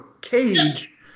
cage